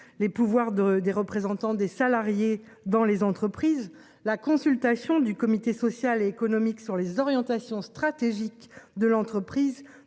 les pouvoirs de des représentants des salariés dans les entreprises. La consultation du comité social et économique sur les orientations stratégiques de l'entreprise